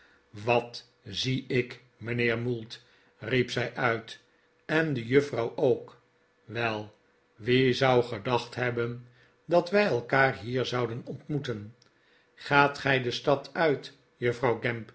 wat zie ik mijnheer mould riep zij uit en de juffrouw ook wel wie zou gedacht hebben dat wij elkaar hier zouden ontmoeten gaat gij de stad uit juffrouw